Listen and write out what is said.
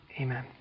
amen